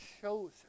shows